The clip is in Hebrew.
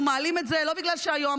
אנחנו מעלים את זה לא בגלל שהיועמ"שית,